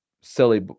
silly